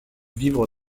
vivre